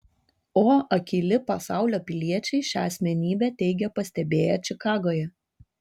o akyli pasaulio piliečiai šią asmenybę teigia pastebėję čikagoje